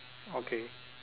okay